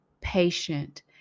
patient